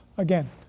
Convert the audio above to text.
Again